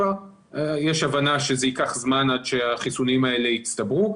יש הבנה שזה ייקח זמן עד שהחיסונים האלה יצטברו.